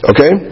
Okay